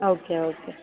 okay okay